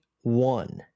one